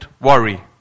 worry